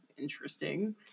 interesting